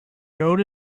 gold